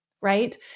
right